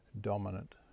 dominant